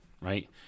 right